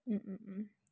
अँ अँ अँ